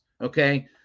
okay